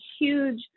huge